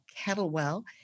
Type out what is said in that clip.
kettlewell